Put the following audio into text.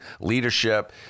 leadership